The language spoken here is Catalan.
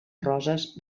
roses